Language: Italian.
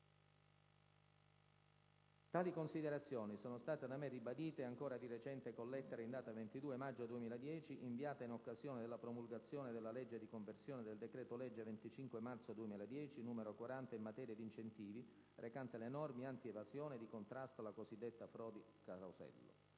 Tali considerazioni sono state da me ribadite ancora di recente con la lettera in data 22 maggio 2010 inviata in occasione della promulgazione della legge di conversione del decreto-legge 25 marzo 2010, n. 40 in materia di incentivi, recante le norme anti-evasione di contrasto alle c.d. frodi-carosello.